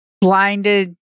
blinded